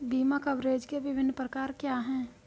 बीमा कवरेज के विभिन्न प्रकार क्या हैं?